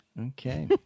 Okay